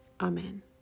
Amen